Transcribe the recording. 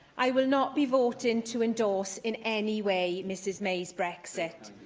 i will not be voting to endorse in any way mrs may's brexit.